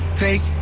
take